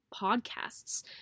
podcasts